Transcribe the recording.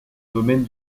domaine